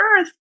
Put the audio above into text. earth